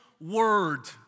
word